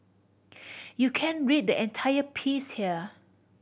you can read the entire piece here